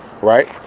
right